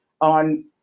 on